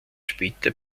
später